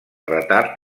retard